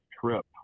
trip